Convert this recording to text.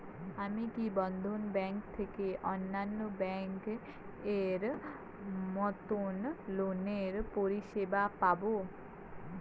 আমি কি বন্ধন ব্যাংক থেকে অন্যান্য ব্যাংক এর মতন লোনের পরিসেবা পাব?